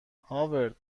هاورد